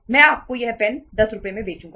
मैं आपको यह पेन 10 रुपये में बेचूंगा